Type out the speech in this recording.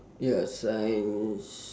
ya science